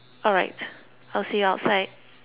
alright I'll see you outside